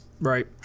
Right